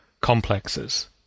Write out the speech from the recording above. complexes